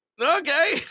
Okay